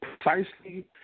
precisely